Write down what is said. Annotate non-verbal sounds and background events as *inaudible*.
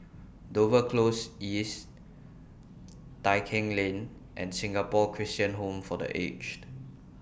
*noise* Dover Close East Tai Keng Lane and Singapore Christian Home For The Aged